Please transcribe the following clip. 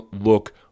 look